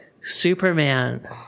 superman